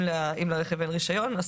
אם לרכב אין רישיון.